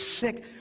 sick